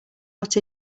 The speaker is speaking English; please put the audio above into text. not